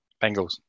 Bengals